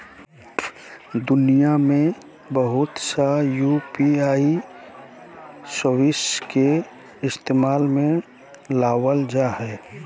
दुनिया में बहुत सा यू.पी.आई सर्विस के इस्तेमाल में लाबल जा हइ